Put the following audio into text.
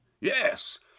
Yes